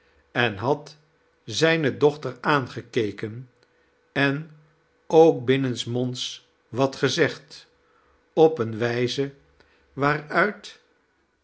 en had zijne dochter aangekeken en ook binnensmonds wat gezegd op eene wijze waaruit